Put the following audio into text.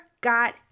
got